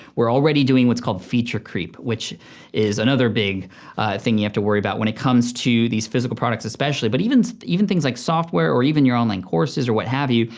we're already doing what's called feature creep, which is another big thing you have to worry about when it comes to these physical products especially. but even so even things like software or your online courses or what have you,